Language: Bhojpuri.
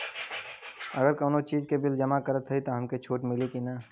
अगर कउनो चीज़ के बिल जमा करत हई तब हमके छूट मिली कि ना?